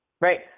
Right